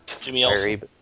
Jimmy